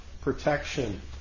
protection